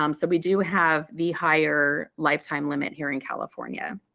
um so we do have the higher lifetime limit here in california.